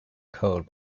code